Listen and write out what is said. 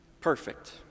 perfect